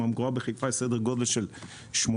הממגורה בחיפה סדר גודל של 80,000,